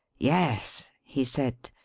yes, he said.